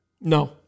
No